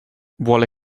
vuole